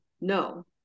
no